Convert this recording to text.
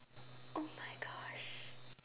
oh my gosh